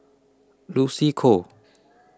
Lucy Koh